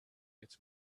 its